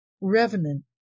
revenant